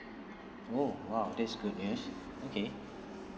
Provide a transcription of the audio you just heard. oh !wow! that's good news okay